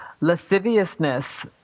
lasciviousness